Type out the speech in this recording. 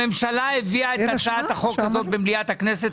הממשלה הביאה את הצעת החוק הזאת במליאת הכנסת,